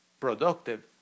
productive